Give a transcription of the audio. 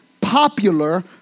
popular